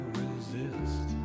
resist